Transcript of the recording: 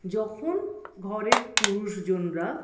যখন ঘরের পুরুষজনরা